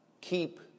keep